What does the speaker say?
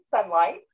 sunlight